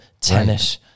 tennis